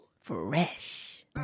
Fresh